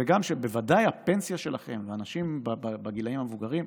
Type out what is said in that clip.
ובוודאי, הפנסיה שלכם והאנשים בגילאים המבוגרים,